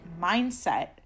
mindset